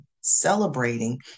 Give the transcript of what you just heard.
celebrating